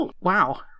Wow